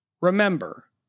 remember